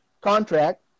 contract